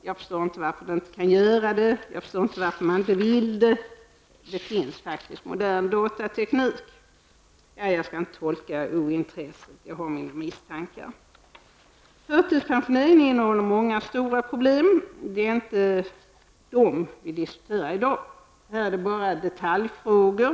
Jag förstår inte varför detta inte är möjligt, varför man inte vill det. Det finns faktiskt modern datateknik. Jag skall inte tolka ointresset, men jag har mina misstankar. Förtidspensioneringen innebär många stora problem, men det är inte dessa som vi diskuterar i dag. Här rör det sig mera om detaljfrågor.